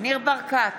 ניר ברקת,